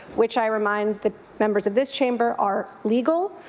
which i remind the members of this chamber are legal,